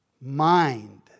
mind